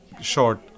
short